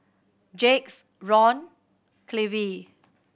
Jacques Ron Clevie